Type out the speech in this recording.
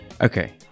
okay